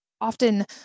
often